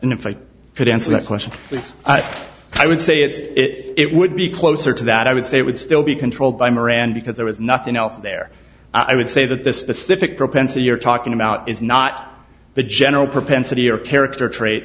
and if i could answer that question i would say it's it would be closer to that i would say it would still be controlled by moran because there was nothing else there i would say that the specific propensity you're talking about is not the general propensity or character trait